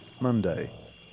Monday